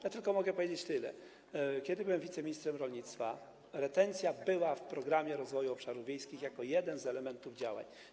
Ja tylko mogę powiedzieć tyle, że kiedy byłem wiceministrem rolnictwa, retencja była ujęta w Programie Rozwoju Obszarów Wiejskich jako jeden z elementów działań.